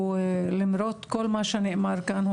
שלמרות כל מה שנאמר כאן,